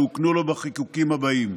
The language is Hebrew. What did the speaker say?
שהוקנו לו בחיקוקים הבאים: